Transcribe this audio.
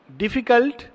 difficult